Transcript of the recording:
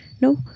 No